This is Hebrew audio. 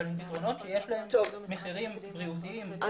הם פתרונות שיש בהם מחירים בריאותיים.